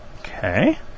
Okay